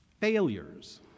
failures